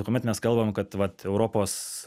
kuomet mes kalbam kad vat europos